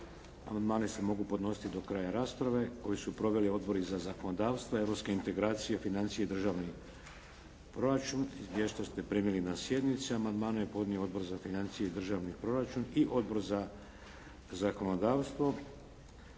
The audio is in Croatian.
Amandmani se mogu podnositi do kraja rasprave koji su proveli Odbori za zakonodavstvo, europske integracije, financije i državni proračun. Izvješća ste primili na sjednicama. Amandmane je podnio Odbor za financije i državni proračun i Odbor za zakonodavstvo.